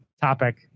topic